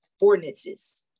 ordinances